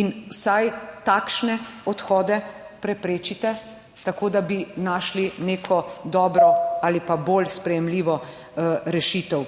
in vsaj takšne odhode preprečite tako, da bi našli neko dobro ali pa bolj sprejemljivo rešitev?